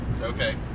Okay